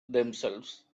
themselves